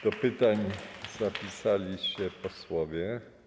Do pytań zapisali się posłowie.